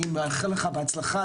אני מאחל לך בהצלחה,